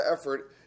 effort